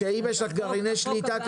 שנייה רגע.